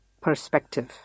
perspective